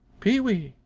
pee-wee!